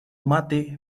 mate